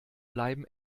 bleiben